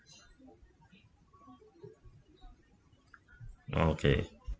oh okay